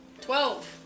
Twelve